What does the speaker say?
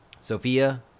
Sophia